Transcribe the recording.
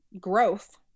growth